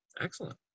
Excellent